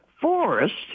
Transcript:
forest